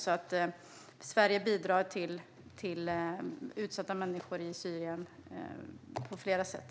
Sverige bidrar alltså till utsatta människor i Syrien på flera sätt.